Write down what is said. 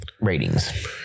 ratings